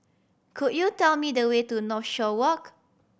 could you tell me the way to Northshore Walk